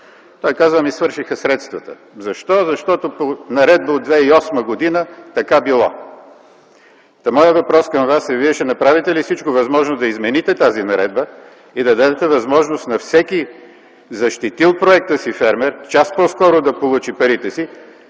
Той каза: „Ами, свършиха средствата”. Защо? Ами, защото по наредба от 2008 г. било така. Моят въпрос към Вас е: ще направите ли всичко възможно да измените тази наредба и да дадете възможност на всеки защитил проекта си фермер час по-скоро да получи парите си,